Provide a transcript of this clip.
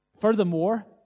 Furthermore